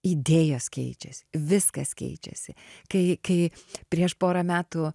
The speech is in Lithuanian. idėjos keičiasi viskas keičiasi kai prieš porą metų